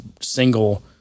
single